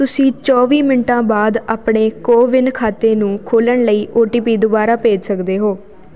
ਤੁਸੀਂ ਚੌਵੀ ਮਿੰਟਾਂ ਬਾਅਦ ਆਪਣੇ ਕੋਵਿਨ ਖਾਤੇ ਨੂੰ ਖੋਲ੍ਹਣ ਲਈ ਓ ਟੀ ਪੀ ਦੁਬਾਰਾ ਭੇਜ ਸਕਦੇ ਹੋ